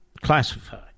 classified